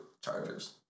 Chargers